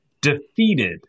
defeated